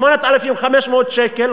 היא 8,500 שקל,